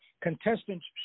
contestants